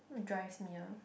what drives me ah